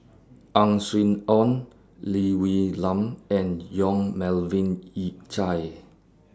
Ang Swee Aun Lee Wee Nam and Yong Melvin Yik Chye